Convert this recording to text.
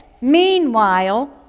Meanwhile